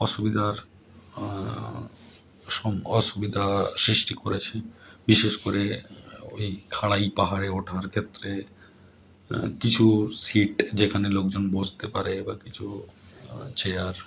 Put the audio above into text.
অসুবিধার অসুবিধা সৃষ্টি করেছে বিশেষ করে ওই খাড়াই পাহাড়ে ওঠার ক্ষেত্রে কিছু সিট যেখানে লোকজন বসতে পারে বা কিছু চেয়ার